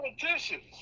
politicians